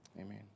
Amen